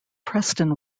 preston